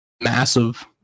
massive